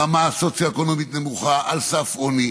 ברמה סוציו-אקונומית נמוכה, על סף עוני.